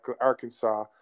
Arkansas